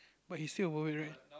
but he still a warrant rank